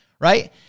right